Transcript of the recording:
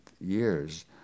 years